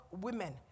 women